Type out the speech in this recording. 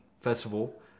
Festival